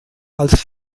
als